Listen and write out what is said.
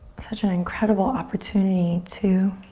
such an incredible opportunity to